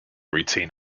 routine